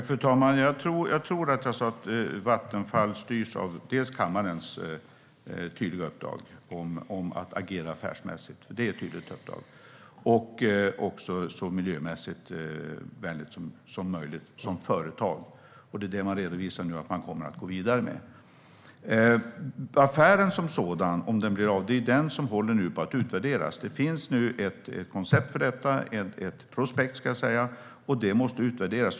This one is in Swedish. Fru talman! Jag tror att jag sa att Vattenfall styrs av dels kammarens tydliga uppdrag om att agera affärsmässigt, dels att som företag agera så miljövänligt som möjligt. Det redovisar man nu att man ska gå vidare med. Om affären ska bli av håller på att utvärderas. Det finns ett prospekt för detta, och det måste utvärderas.